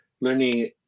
learning